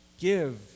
give